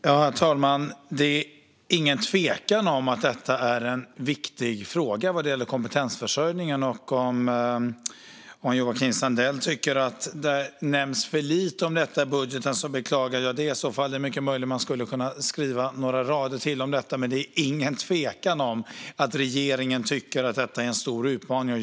Herr talman! Det är ingen tvekan om att detta är en viktig fråga vad gäller kompetensförsörjningen. Om Joakim Sandell tycker att det nämns för lite om detta i budgeten beklagar jag det. Det är mycket möjligt att man skulle kunna skriva några rader till om det, men det är ingen tvekan om att regeringen tycker att detta är en stor utmaning.